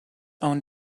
own